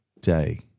day